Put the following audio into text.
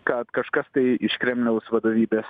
kad kažkas tai iš kremliaus vadovybės